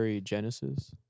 genesis